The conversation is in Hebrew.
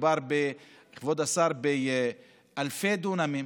כבוד השר, מדובר באלפי דונמים